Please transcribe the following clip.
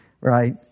Right